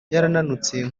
yarananutse